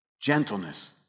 gentleness